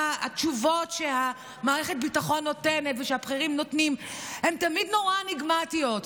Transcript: התשובות שמערכת ביטחון נותנת ושהבכירים נותנים הן תמיד נורא אניגמטיות: